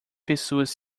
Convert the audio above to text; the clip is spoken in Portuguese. pessoas